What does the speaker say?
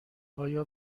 آیا